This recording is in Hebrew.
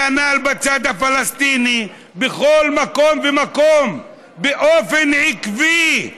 כנ"ל בצד הפלסטיני, בכל מקום ומקום, באופן עקבי,